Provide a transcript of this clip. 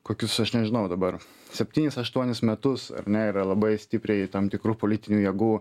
kokius aš nežinau dabar septynis aštuonis metus ar ne yra labai stipriai tam tikrų politinių jėgų